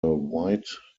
white